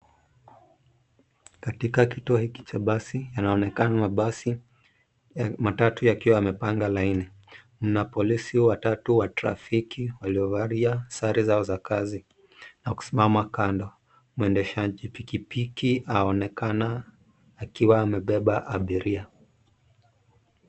Katika kituo hiki cha basi, yanaonekana mabasi matatu yakiwa yamepanga laini. Mna polisi watatu wa trafiki waliovalia sare zao za kazi na kusimama kando. Mwendeshaji pikipiki aonekana akiwa amebeba abiria.